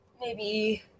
maybe-